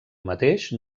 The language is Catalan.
mateix